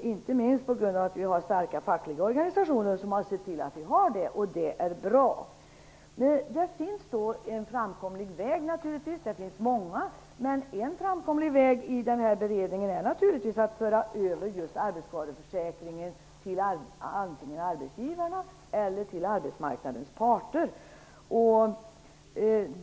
inte minst på grund av att vi har starka fackliga organisationer som har sett till den saken, och det är bra. Det finns en framkomlig väg, av många, och det är att föra över arbetsskadeförsäkringen till antingen arbetsgivarna eller till arbetsmarknadens parter.